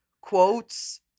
quotes